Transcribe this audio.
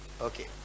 Okay